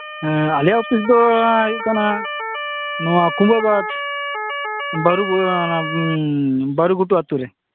ᱦᱮᱸ ᱟᱞᱮᱭᱟᱜ ᱚᱯᱷᱤᱥ ᱫᱚ ᱦᱩᱭᱩᱜ ᱠᱟᱱᱟ ᱱᱚᱣᱟ ᱠᱩᱸᱵᱟᱹ ᱵᱟᱹᱫ ᱵᱟᱨᱩ ᱜᱩᱲᱟᱹ ᱚᱱᱟ ᱵᱟᱨᱩᱜᱷᱩᱴᱩ ᱟᱛᱩ ᱨᱮ